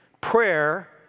prayer